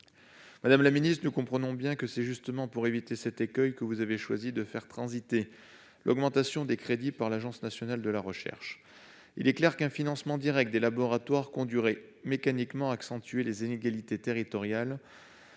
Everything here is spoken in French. Madame la ministre, nous le comprenons bien, c'est justement pour éviter cet écueil que vous avez choisi de faire transiter l'augmentation des crédits par l'Agence nationale de la recherche. Il est clair qu'un financement direct des laboratoires conduirait mécaniquement à accentuer les inégalités territoriales,